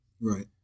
right